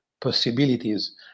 possibilities